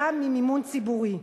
היה ממימון ציבורי.